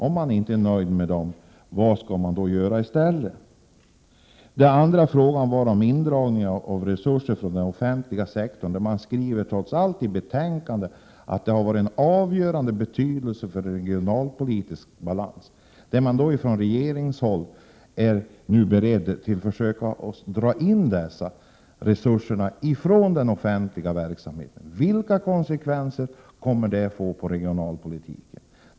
Om man inte är nöjd med dessa effekter, vad skall man då göra i stället? Den andra frågan handlade om indragningen av resurser på den offentliga sektorn. Man skriver trots allt i betänkandet att dessa har varit av avgörande betydelse för regionalpolitisk balans. Från regeringshåll är man nu beredd att försöka dra in dessa resurser från den offentliga verksamheten. Vilka konsekvenser kommer det att få på regionalpolitiken?